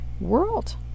world